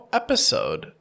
episode